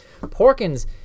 Porkins